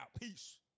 Peace